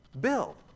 Bill